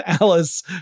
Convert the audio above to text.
Alice